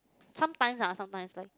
sometimes ah sometimes